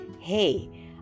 hey